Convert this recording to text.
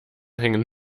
hängen